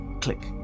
click